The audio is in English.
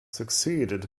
succeeded